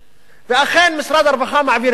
ואכן משרד הרווחה מעביר את הכסף.